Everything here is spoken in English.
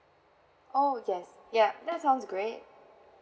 oh yes yup that sounds great